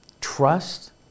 trust